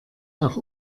auch